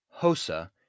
hosa